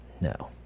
no